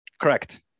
Correct